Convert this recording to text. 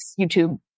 YouTube